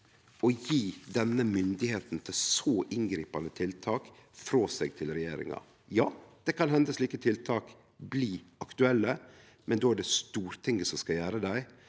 å gje denne myndigheita til så inngripande tiltak frå seg til regjeringa. Ja, det kan hende slike tiltak blir aktuelle, men då er det Stortinget som skal gjere dei.